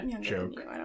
joke